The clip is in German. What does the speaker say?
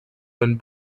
wenn